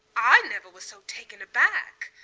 i never was so taken aback.